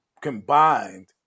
combined